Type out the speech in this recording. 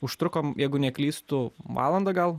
užtrukom jeigu neklystu valandą gal